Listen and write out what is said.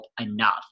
enough